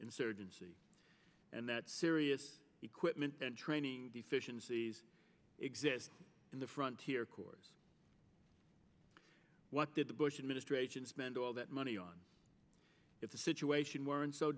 insurgency and that serious equipment and training deficiencies exist in the front here corps what did the bush administration spend all that money on if the situation weren't so